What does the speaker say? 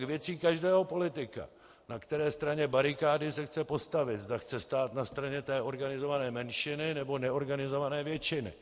Je pak věcí každého politika, na kterou straně barikády se chce postavit, zda chce stát na straně organizované menšiny, nebo neorganizované většiny.